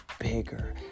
bigger